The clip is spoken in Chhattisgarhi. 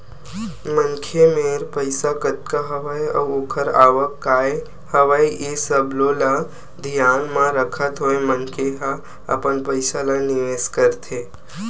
मनखे मेर पइसा कतका हवय अउ ओखर आवक काय हवय ये सब्बो ल धियान म रखत होय मनखे ह अपन पइसा ल निवेस करथे